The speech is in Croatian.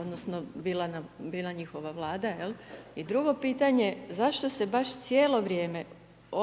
odnosno, bila njihova vlada. I drugo pitanje, zašto se baš cijelo vrijeme,